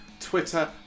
Twitter